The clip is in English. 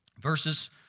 verses